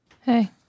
Hey